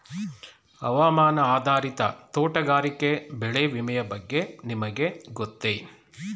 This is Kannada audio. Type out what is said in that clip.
ಹವಾಮಾನ ಆಧಾರಿತ ತೋಟಗಾರಿಕೆ ಬೆಳೆ ವಿಮೆಯ ಬಗ್ಗೆ ನಿಮಗೆ ಗೊತ್ತೇ?